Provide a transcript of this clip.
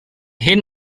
hyn